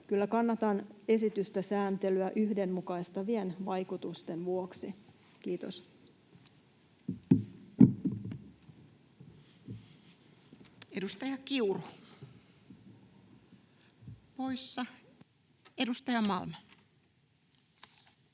kyllä kannatan esitystä, sääntelyä, yhdenmukaistavien vaikutusten vuoksi. — Kiitos. Edustaja Kiuru, poissa. — Edustaja Malm.